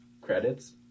credits